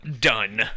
done